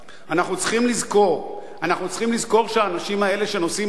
אנחנו צריכים לזכור שהאנשים האלה שנושאים באחריות